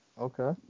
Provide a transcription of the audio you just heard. okay